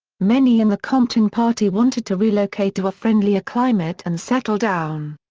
many in the compton party wanted to relocate to a friendlier climate and settle down.